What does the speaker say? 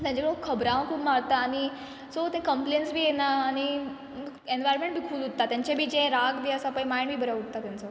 ताजे लोक खबरां खूब मारता आनी सो तें कंप्लेन्स बी येना आनी एन्वायरमेंट बी कूल उरता तेंचे बी राग बी आसा पय मायंड बी बरें उरता तेंचो